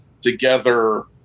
together